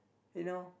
you know